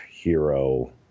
hero